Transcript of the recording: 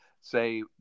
say